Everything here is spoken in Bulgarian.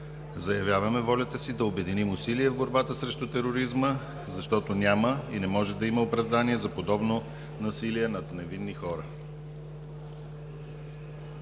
Заявяваме волята си да обединим усилия в борбата срещу тероризма, защото няма и не може да има оправдание за подобно насилие над невинни хора.